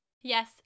Yes